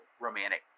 romantic